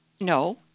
No